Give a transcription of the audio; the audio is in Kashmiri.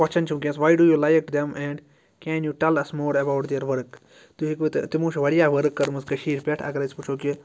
کوسچَن چھِ وٕنۍکٮ۪س وَے do you like them and can you tell us more about their work تُہۍ ہیٚکوٕ تِمو چھِ واریاہ ؤرٕک کٔرمٕژ کٔشیٖرِ پٮ۪ٹھ اگر أسۍ وٕچھو کہِ